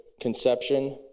conception